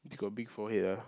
it's got big forehead ah